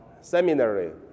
seminary